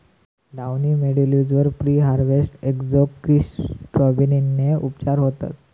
downy mildews वर preharvest एजोक्सिस्ट्रोबिनने उपचार होतत